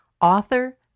author